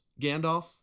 Gandalf